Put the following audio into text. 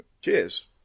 Cheers